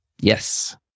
yes